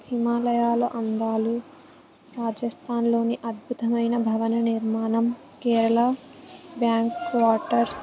హిమాలయాలు అందాలు రాజస్థాన్లోని అద్భుతమైన భవన నిర్మాణం కేరళ బ్యాంక్ క్వార్టర్స్